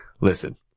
listen